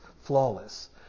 flawless